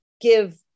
give